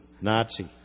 Nazi